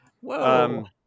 Whoa